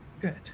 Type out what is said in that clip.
good